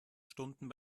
stunden